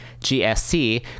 GSC